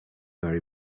very